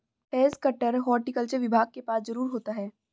has cutter horticulture विभाग के पास जरूर होता है